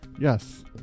Yes